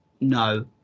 no